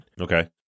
Okay